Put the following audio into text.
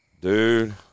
dude